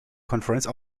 conference